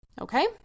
Okay